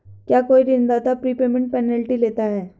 क्या कोई ऋणदाता प्रीपेमेंट पेनल्टी लेता है?